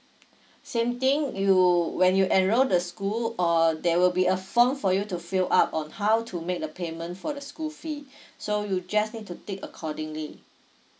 same thing you when you enroll the school or there will be a form for you to fill up on how to make the payment for the school fee so you just need to tick accordingly